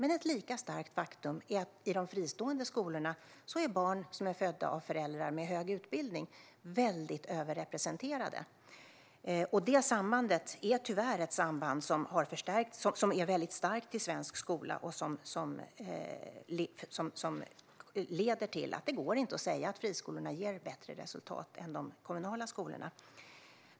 Men ett lika starkt faktum är det att i de fristående skolorna är barn som är födda av föräldrar med hög utbildning väldigt överrepresenterade. Detta samband är tyvärr mycket starkt i svensk skola, och det leder till att det inte går att säga att friskolorna ger bättre resultat än de kommunala skolorna.